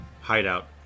hideout